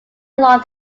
along